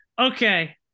Okay